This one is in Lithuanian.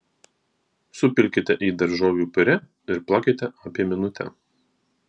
supilkite į daržovių piurė ir plakite apie minutę